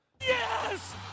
Yes